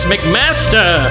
McMaster